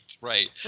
right